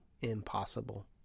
impossible